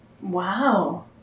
Wow